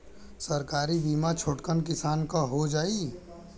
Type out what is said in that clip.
सरकारी बीमा छोटकन किसान क हो जाई?